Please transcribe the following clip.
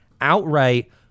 outright